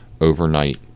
overnight